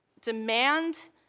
demand